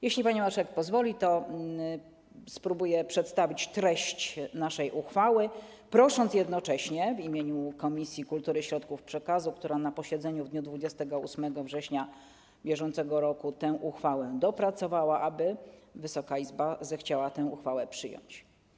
Jeśli pani marszałek pozwoli, spróbuję przedstawić treść naszej uchwały, prosząc jednocześnie w imieniu Komisji Kultury i Środków Przekazu, która na posiedzeniu w dniu 28 września br. tę uchwałę dopracowała, aby Wysoka Izba zechciała tę uchwałę przyjąć.